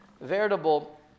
veritable